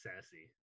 sassy